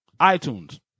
iTunes